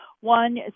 one